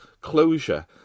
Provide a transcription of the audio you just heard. closure